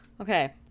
Okay